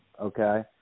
okay